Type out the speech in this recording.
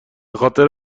خاطر